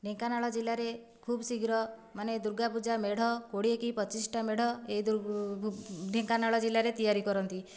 ଢେଙ୍କାନାଳ ଜିଲାରେ ଖୁବ୍ ଶୀଘ୍ର ମାନେ ଦୁର୍ଗାପୂଜା ମେଢ଼ କୋଡ଼ିଏ କି ପଚିଶଟା ମେଢ଼ ଏଇ ଦୁର୍ଗ ଢେଙ୍କାନାଳ ଜିଲ୍ଲାରେ ତିଆରି କରନ୍ତି